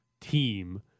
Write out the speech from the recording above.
team